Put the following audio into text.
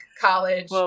college